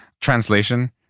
Translation